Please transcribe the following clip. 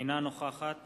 אינה נוכחת